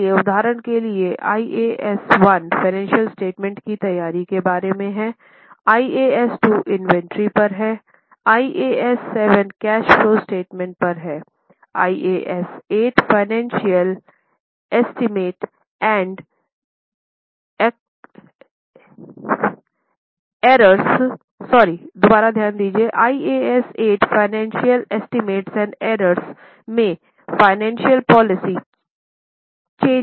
इसलिए उदाहरण के लिए IAS 1 फ़ाइनेंशियल स्टेटमेंट की तैयारी के बारे में है IAS 2 इन्वेंटरी पर है IAS 7 कैश फ्लो स्टेटमेंट पर है IAS 8 financial estimate and errors में फ़ाइनेंशियल पॉलिसी चंज़ेस पर है